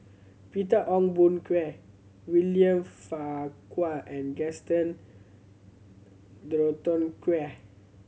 Peter Ong Boon Kwee William Farquhar and Gaston Dutronquoy